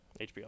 HBO